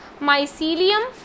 Mycelium